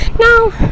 no